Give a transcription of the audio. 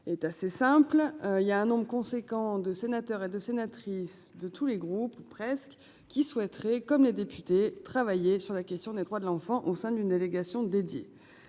est assez simple, il y a un nombre conséquent de sénateurs et de sénatrice de tous les groupes ou presque qui souhaiteraient comme les députés travailler sur la question des droits de l'enfant au sein d'une délégation dédiée.